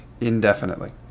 indefinitely